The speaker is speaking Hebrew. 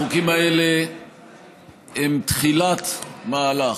החוקים האלה הם תחילת מהלך,